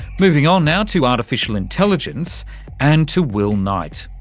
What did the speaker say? moving on now to artificial intelligence and to will knight,